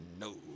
No